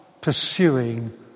pursuing